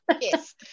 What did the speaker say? yes